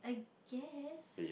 yes